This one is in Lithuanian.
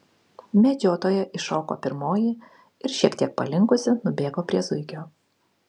medžiotoja iššoko pirmoji ir šiek tiek palinkusi nubėgo prie zuikio